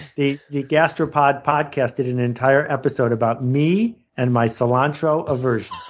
the the gastropod podcast did an entire episode about me and my cilantro aversion.